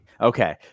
Okay